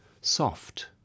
Soft